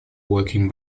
working